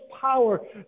power